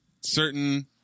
certain